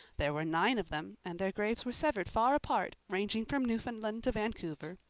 there were nine of them and their graves were severed far apart, ranging from newfoundland to vancouver.